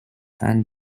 and